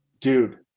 dude